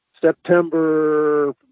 September